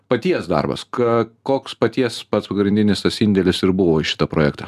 paties darbas ka koks paties pats pagrindinis tas indėlis ir buvo į šitą projektą